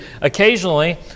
occasionally